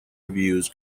reviews